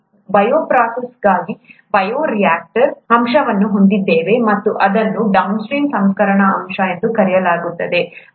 ನಾವು ಬಯೋಪ್ರೊಸೆಸ್ಗಾಗಿ ಬಯೋರಿಯಾಕ್ಟರ್ ಅಂಶವನ್ನು ಹೊಂದಿದ್ದೇವೆ ಮತ್ತು ಅದನ್ನು ಡೌನ್ಸ್ಟ್ರೀಮ್ ಸಂಸ್ಕರಣಾ ಅಂಶ ಎಂದು ಕರೆಯಲಾಗುತ್ತದೆ